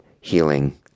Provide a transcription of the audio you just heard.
healing